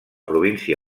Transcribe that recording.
província